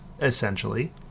essentially